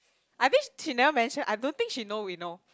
I think she never mention I don't think she know we know